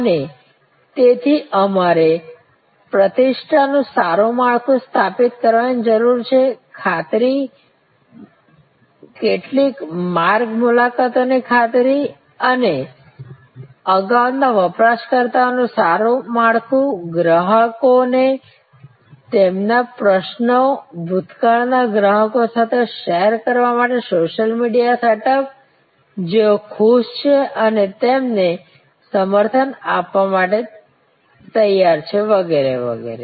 અને તેથી અમારે પ્રતિષ્ઠાનું સારું માળખું સ્થાપિત કરવાની જરૂર છેખાતરી કેટલીક માર્ગ મુલાકાતોની ખાતરી અને અગાઉના વપરાશકર્તાઓનું સારુંમાળખું ગ્રાહકોને તેમના પ્રશ્નો ભૂતકાળના ગ્રાહકો સાથે શેર કરવા માટે સોશિયલ મીડિયા સેટઅપ જેઓ ખુશ છે અને તમને સમર્થન આપવા માટે તૈયાર છે વગેરે વગેરે